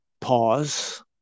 pause